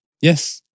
Yes